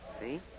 See